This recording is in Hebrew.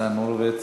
ניצן הורוביץ?